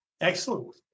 Excellent